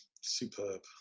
Superb